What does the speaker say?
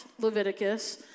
Leviticus